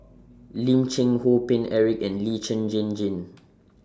Lim Cheng Hoe Paine Eric and Lee Jane Jane